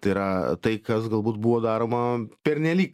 tai yra tai kas galbūt buvo daroma pernelyg